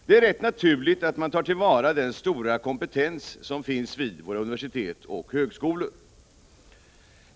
Det är rätt naturligt att man tar till vara den stora kompetens som finns vid våra universitet och högskolor.